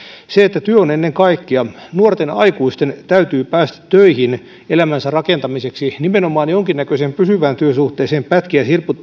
työ on ennen kaikkea nuorten aikuisten täytyy päästä töihin elämänsä rakentamiseksi nimenomaan jonkinnäköiseen pysyvään työsuhteeseen pätkä ja